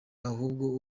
ahubwo